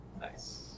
Nice